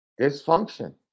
Dysfunction